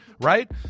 right